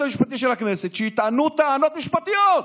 המשפטי של הכנסת יטענו טענות משפטיות,